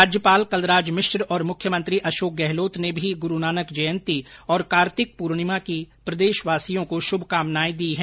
राज्यपाल कलराज मिश्र और मुख्यमंत्री अशोक गहलोत ने भी गुरू नानक जयन्ती और कार्तिक पूर्णिमा की प्रदेशवासियों को शुभकामनाएं दी हैं